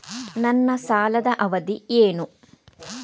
ನನ್ನ ಸಾಲದ ಅವಧಿ ಏನು?